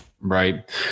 right